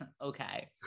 Okay